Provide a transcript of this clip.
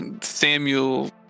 Samuel